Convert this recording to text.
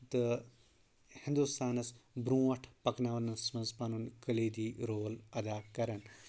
تہٕ ہندوستانس برونٛٹھ پکناونس منٛز پنُن قلیٖدی رول ادا کران